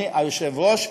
אדוני היושב-ראש,